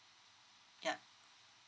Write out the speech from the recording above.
yup